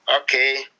Okay